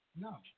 No